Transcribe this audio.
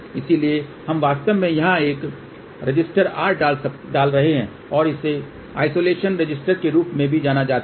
इसलिए हम वास्तव में यहां एक रिसिस्टर R डाल रहे हैं और इसे आइसोलेशन रेजिस्टेंस के रूप में भी जाना जाता है